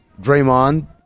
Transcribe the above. Draymond